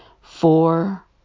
Four